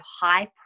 high